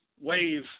wave